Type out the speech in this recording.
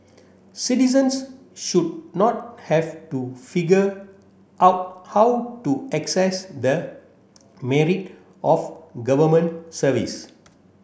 citizens should not have to figure out how to access the married of Government service